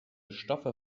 stoffe